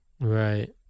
Right